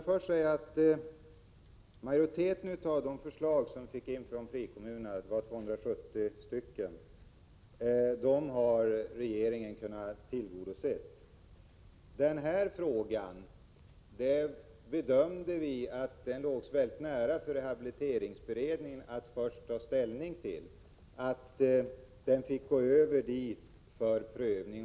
Fru talman! Majoriteten av de 270 förslag som vi fick in från frikommunerna har kunnat tillgodoses av regeringen. Vad gäller denna fråga gjorde vi dock den bedömningen att det låg nära till hands att först låta rehabiliteringsberedningen ta ställning, och därför lämnade vi över den dit för prövning.